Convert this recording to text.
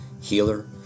healer